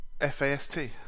F-A-S-T